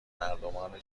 مردمان